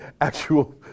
actual